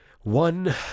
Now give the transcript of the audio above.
One